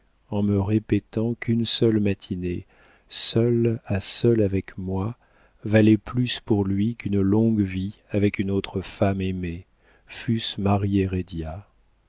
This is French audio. en me répétant qu'une seule matinée seul à seule avec moi valait plus pour lui qu'une longue vie avec une autre femme aimée fût-ce marie